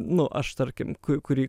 nu aš tarkim kurį